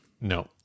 No